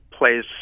plays